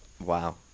wow